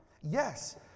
Yes